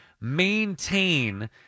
maintain